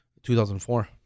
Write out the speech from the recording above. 2004